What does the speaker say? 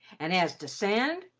and as to sand,